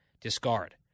discard